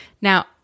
Now